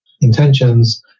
intentions